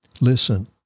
Listen